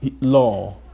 law